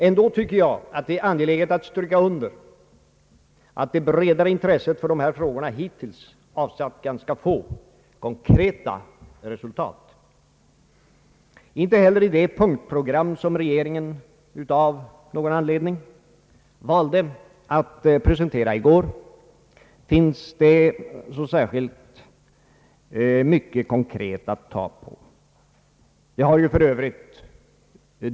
ändå tycker jag att det är angeläget att stryka under att det bredare intresset för dessa frågor hittills avsatt ganska få konkreta resultat. Inte heller i det punktprogram som regeringen av någon anledning valde att presentera i går finns så särskilt mycket konkret att ta på.